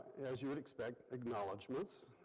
as you would expect, acknowledgements